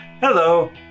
Hello